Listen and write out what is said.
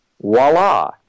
voila